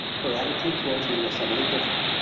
her attitude toward me was subtly different.